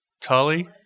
Tully